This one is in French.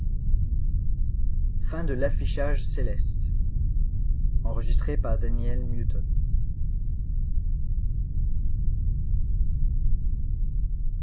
de la colère